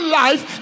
life